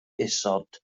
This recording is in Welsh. isod